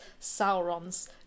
Sauron's